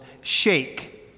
shake